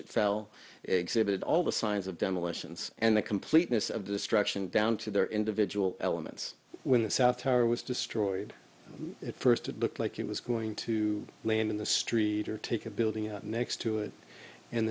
it fell exhibit all the signs of demolitions and the completeness of destruction down to their individual elements when the south tower was destroyed at first it looked like it was going to land in the street or take a building next to it and